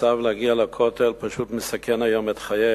להגיע היום לכותל פשוט מסכן את החיים,